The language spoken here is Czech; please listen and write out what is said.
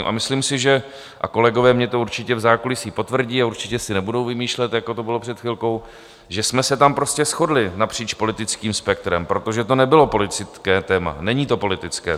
A myslím si, že a kolegové mi to určitě v zákulisí potvrdí a určitě si nebudou vymýšlet, jako to bylo před chvilkou že jsme se tam prostě shodli napříč politickým spektrem, protože to nebylo politické téma, není to politické téma.